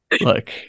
Look